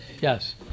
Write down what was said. Yes